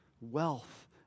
wealth